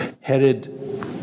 headed